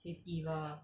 she's evil